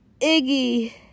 Iggy